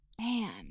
Man